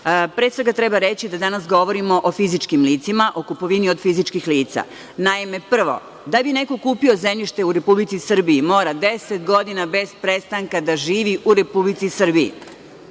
Pre svega treba reći da danas govorimo o fizičkim licima, o kupovini od fizičkih lica. Naime, prvo, da bi neko kupio zemljište u Republici Srbiji mora 10 godina bez prestanka da živi u Republici Srbiji.